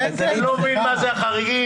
אני לא מבין מה זה החריגים,